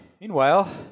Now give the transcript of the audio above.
Meanwhile